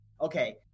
okay